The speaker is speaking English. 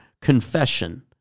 confession